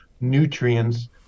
nutrients